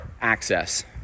access